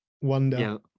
wonder